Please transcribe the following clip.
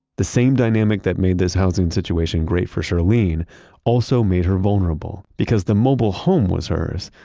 the same dynamic that made this housing situation great for shirlene also made her vulnerable. because the mobile home was hers,